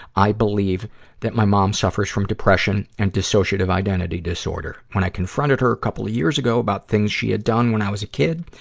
i believe that my mom suffers from depression and dissociative identity disorder. when i confronted her couple of years ago about things she had done when i was a kid,